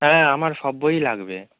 হ্যাঁ আমার সব বইই লাগবে